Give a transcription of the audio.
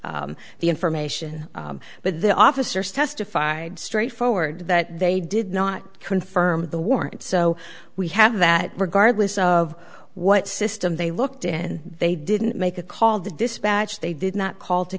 them the information but the officers testified straightforward that they did not confirm the warrant so we have that regardless of what system they looked in and they didn't make a call the dispatch they did not call to